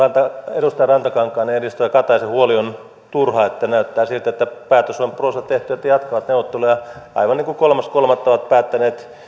edustaja rantakankaan ja edustaja kataisen huoli on turha näyttää siltä että päätös on prossa tehty että jatkavat neuvotteluja aivan niin kuin kolmas kolmatta ovat päättäneet